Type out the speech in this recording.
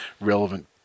relevant